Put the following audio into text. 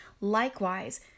Likewise